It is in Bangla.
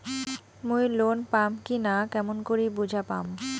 মুই লোন পাম কি না কেমন করি বুঝা পাম?